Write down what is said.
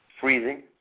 freezing